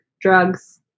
drugs